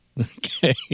Okay